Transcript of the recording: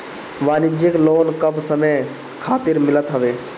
वाणिज्यिक लोन कम समय खातिर मिलत हवे